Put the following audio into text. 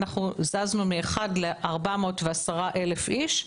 אנחנו זזנו מ-1 ל-410,000 איש,